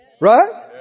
right